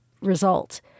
result